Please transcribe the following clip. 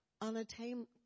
unattainable